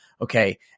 okay